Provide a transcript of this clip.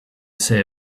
say